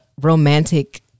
romantic